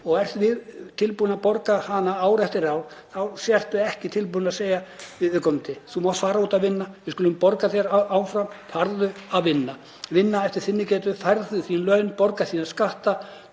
og ert tilbúinn að borga hana ár eftir ár þá sértu ekki tilbúinn að segja við viðkomandi: Þú mátt fara út að vinna, við skulum borga áfram, farðu að vinna eftir þinni getu. Þú færð þín laun, borgar þína skatta